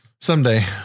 Someday